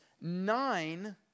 nine